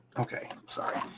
okay, sorry.